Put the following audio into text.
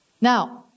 now